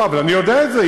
אני יודע את זה.